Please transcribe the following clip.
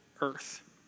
earth